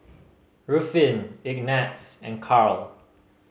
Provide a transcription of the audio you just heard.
Ruffin Ignatz and Karl